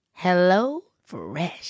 HelloFresh